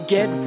Get